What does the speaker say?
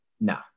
No